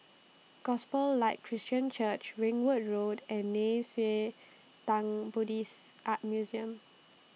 Gospel Light Christian Church Ringwood Road and Nei Xue Tang Buddhist Art Museum